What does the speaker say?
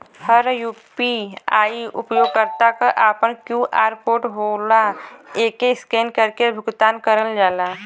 हर UPI उपयोगकर्ता क आपन क्यू.आर कोड होला एके स्कैन करके भुगतान करल जाला